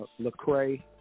Lecrae